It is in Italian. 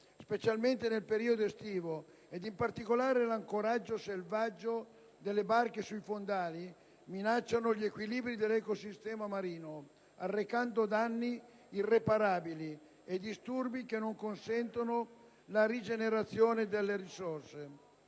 specialmente nel periodo estivo, ed in particolare l'ancoraggio selvaggio delle barche sui fondali, minacciano gli equilibri dell'ecosistema marino, arrecando danni irreparabili e disturbi che non consentono la rigenerazione delle risorse.